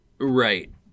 Right